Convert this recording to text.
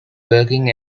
working